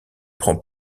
prend